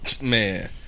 Man